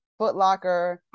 footlocker